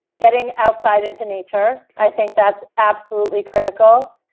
getting outside into nature. i think that's absolutely critical.